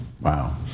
wow